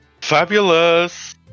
Fabulous